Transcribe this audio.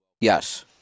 Yes